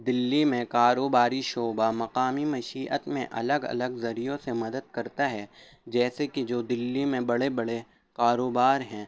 دلی میں کاروباری شعبہ مقامی مشیعت میں الگ الگ ذریعوں سے مدد کرتا ہے جیسے کہ جو دلی میں بڑے بڑے کاروبار ہیں